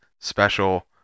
special